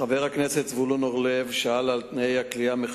חבר הכנסת זבולון אורלב שאל את השר לביטחון פנים ביום כ"ב באדר התשס"ט